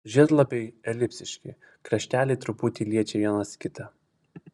žiedlapiai elipsiški krašteliai truputį liečia vienas kitą